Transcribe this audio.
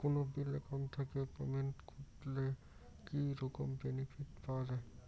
কোনো bill account থাকি payment করলে কি রকম বেনিফিট পাওয়া য়ায়?